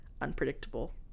unpredictable